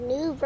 New